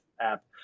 app